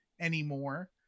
anymore